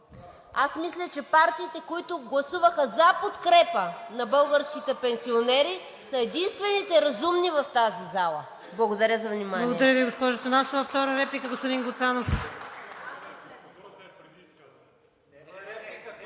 аз мисля, че партиите, които гласуваха за подкрепа на българските пенсионери, са единствените разумни в тази зала. Благодаря за вниманието.